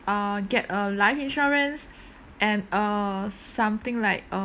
uh get a life insurance and uh something like uh